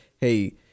hey